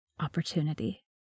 opportunity